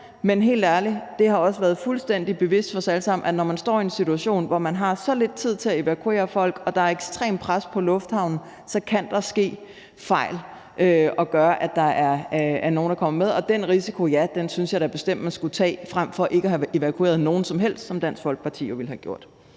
Men helt ærligt, det har også været fuldstændig bevidst for os alle sammen, at når man står i en situation, hvor man har så lidt tid til at evakuere folk og der er ekstremt pres på lufthavnen, så kan der ske fejl, der gør, at der er nogle, der kommer med, der ikke skulle, og ja, den risiko synes jeg da bestemt man skulle tage frem for ikke at have evakueret nogen som helst, som Dansk Folkeparti jo ville have gjort.